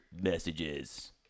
messages